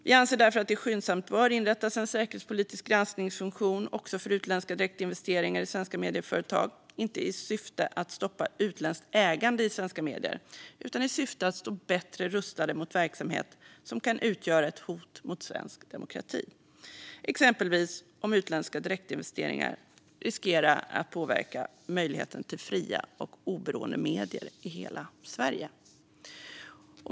Vi anser därför att det skyndsamt bör inrättas en säkerhetspolitisk granskningsfunktion även för utländska direktinvesteringar i svenska medieföretag, inte i syfte att stoppa utländskt ägande i svenska medier utan i syfte att stå bättre rustade mot verksamhet som kan utgöra ett hot mot svensk demokrati, exempelvis om utländska direktinvesteringar riskerar att påverka möjligheten till fria och oberoende medier i hela Sverige.